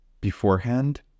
beforehand